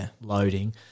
loading